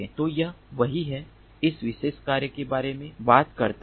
तो यह वही है जो इस विशेष कार्य के बारे में बात करता है